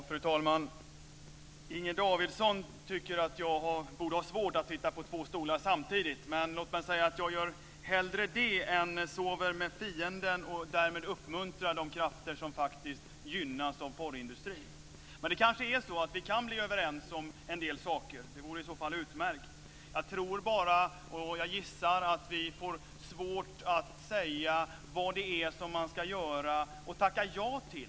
Fru talman! Inger Davidson tycker att jag borde ha svårt att sitta på två stolar samtidigt. Låt mig säga att jag hellre gör det än sover med fienden och därmed uppmuntrar de krafter som faktiskt gynnas av porrindustrin. Men det är kanske så att vi kan bli överens om en del saker. Det vore utmärkt. Jag tror dock att vi får svårt att säga vad man ska göra och vad man ska tacka ja till.